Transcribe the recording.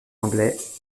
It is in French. anglais